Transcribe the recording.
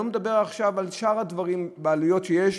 אני לא מדבר עכשיו על שאר הדברים, על העלויות שיש